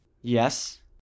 Yes